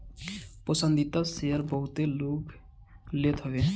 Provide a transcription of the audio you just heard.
पसंदीदा शेयर बहुते लोग लेत हवे